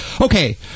Okay